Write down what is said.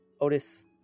Otis